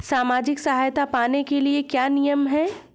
सामाजिक सहायता पाने के लिए क्या नियम हैं?